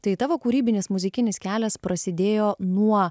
tai tavo kūrybinis muzikinis kelias prasidėjo nuo